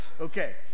Okay